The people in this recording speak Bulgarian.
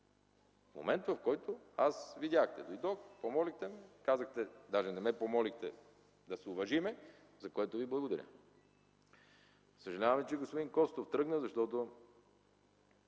момент, в който, видяхте, аз дойдох, помолихте ме, даже не ме помолихте, да се уважим, за което ви благодаря. Съжалявам, че господин Костов тръгна.